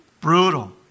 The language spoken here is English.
brutal